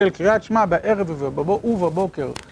קריאת שמכ בערב ובבוקר.